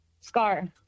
Scar